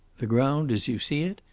the ground, as you see it,